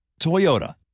Toyota